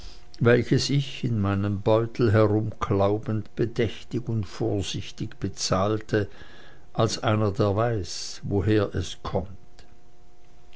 welches ich in meinem beutel herumklaubend bedächtig und vorsichtig bezahlte als einer der weiß woher es kommt